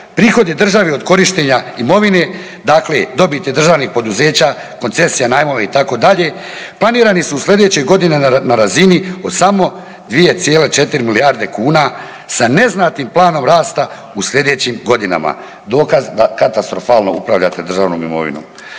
prihodi države od korištenja imovine dakle dobiti državnih poduzeća, koncesija, najmova itd. planirani su u slijedećoj godini na razini od samo 2,4 milijarde kuna sa neznatnim planom rasta u slijedećim godinama, dokaz da katastrofalno upravljate državnom imovinom. Kad